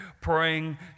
praying